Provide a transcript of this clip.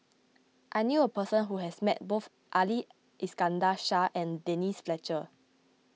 I knew a person who has met both Ali Iskandar Shah and Denise Fletcher